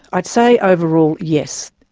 i'd say overall, yes.